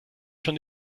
schon